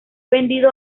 vendido